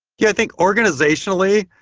yeah. i think, organizationally,